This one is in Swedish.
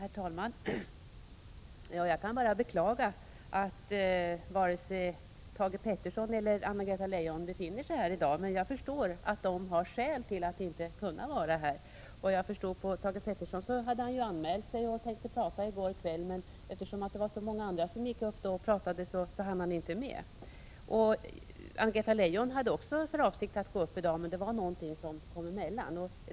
Herr talman! Jag kan bara beklaga att varken Thage Peterson eller Anna-Greta Leijon befinner sig här i dag, men jag förstår att de har skäl att inte vara här. Vad Thage Peterson beträffar hade han ju anmält sig och tänkte tala i går kväll, men eftersom det var så många andra som gick upp och talade hann han inte göra det. Anna-Greta Leijon hade också för avsikt att gå upp i talarstolen i dag. Det var dock någonting som kom emellan.